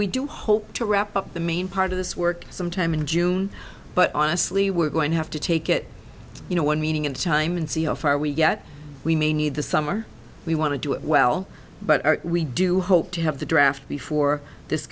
we do hope to wrap up the main part of this work some time in june but honestly we're going to have to take it you know one meeting in time and see how far we get we may need the summer we want to do it well but we do hope to have the draft before this